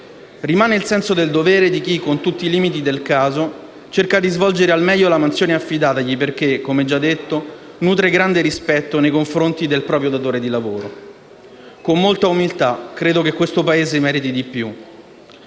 Rimane il senso del dovere di chi, con tutti i limiti del caso, cerca di svolgere al meglio la mansione affidatagli perché, come già detto, nutre grande rispetto nei confronti del proprio "datore di lavoro". Con molta umiltà, credo che questo Paese meriti di più.